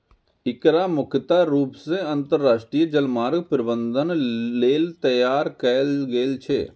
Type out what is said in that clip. एकरा मुख्य रूप सं अंतरराष्ट्रीय जलमार्ग प्रबंधन लेल तैयार कैल गेल छै